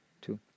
two